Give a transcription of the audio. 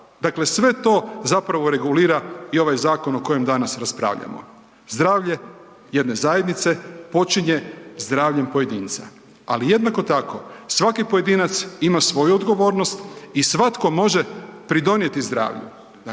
Dakle, sve to zapravo regulira i ovaj zakon o kojem danas raspravljamo. Zdravlje jedne zajednice počinje zdravljem pojedinca, ali jednako tako svaki pojedinac ima svoju odgovornost i svatko može pridonijeti zdravlju.